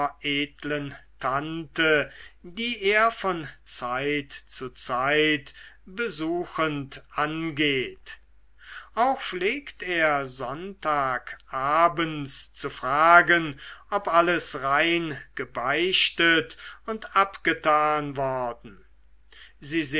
tante die er von zeit zu zeit besuchend angeht auch pflegt er sonntag abends zu fragen ob alles rein gebeichtet und abgetan worden